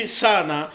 sana